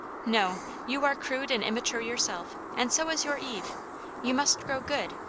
no, you are crude and immature yourself, and so is your eve you must grow good,